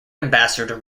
ambassador